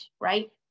right